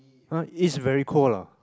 ah east very cold ah